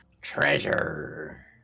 treasure